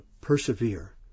persevere